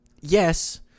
Yes